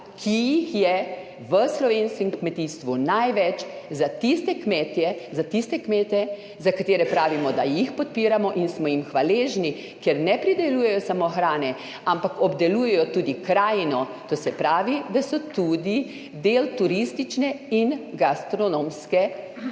jih je v slovenskem kmetijstvu največ, za tiste kmete, za katere pravimo, da jih podpiramo in smo jim hvaležni, ker ne pridelujejo samo hrane, ampak obdelujejo tudi krajino, to se pravi, da so tudi del turistične in gastronomske